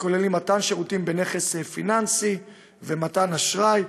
שכוללים מתן שירותים בנכס פיננסי ומתן אשראי,